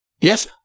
Yes